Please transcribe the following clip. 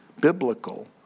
biblical